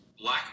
Black